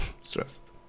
stressed